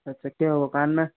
अच्छा क्या हुआ कान में